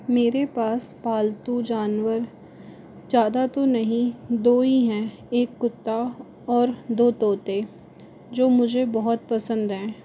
मेरे पास पालतू जानवर ज़्यादा तो नहीं दो ही है एक कुत्ता और दो तोते जो मुझे बहुत पसंद हैं